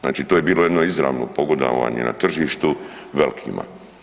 Znači to je bilo jedno izravno pogodovanje na tržištu velikima.